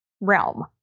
realm